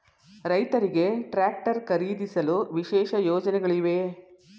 ರೈತರಿಗೆ ಟ್ರಾಕ್ಟರ್ ಖರೀದಿಸಲು ವಿಶೇಷ ಯೋಜನೆಗಳಿವೆಯೇ?